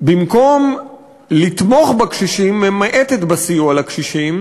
במקום לתמוך בקשישים, ממעטת בסיוע לקשישים.